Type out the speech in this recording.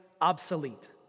obsolete